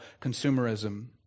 consumerism